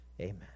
Amen